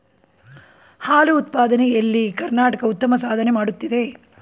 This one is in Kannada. ಹಾಲು ಉತ್ಪಾದನೆ ಎಲ್ಲಿ ಕರ್ನಾಟಕ ಉತ್ತಮ ಸಾಧನೆ ಮಾಡುತ್ತಿದೆ